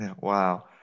Wow